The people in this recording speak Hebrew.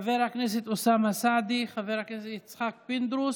חבר הכנסת אוסאמה סעדי, חבר הכנסת יצחק פינדרוס,